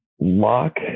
lock